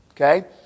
Okay